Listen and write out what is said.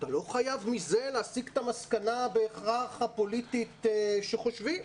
אבל לא חייב מזה להסיק את המסקנה בהכרח הפוליטית שחושבים.